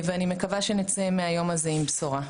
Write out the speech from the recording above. ואני מקווה שנצא מהיום הזה עם בשורה.